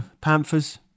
Panthers